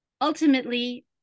ultimately